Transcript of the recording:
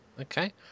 Okay